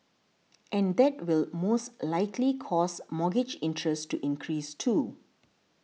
and that will most likely cause mortgage interest to increase too